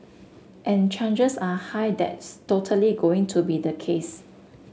and changes are high that's totally going to be the case